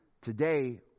Today